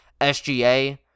sga